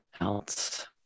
else